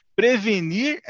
prevenir